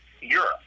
Europe